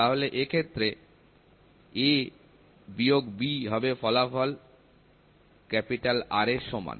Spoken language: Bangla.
তাহলে এক্ষেত্রে A বিয়োগ B হবে ফলাফল R এর মান